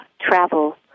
travel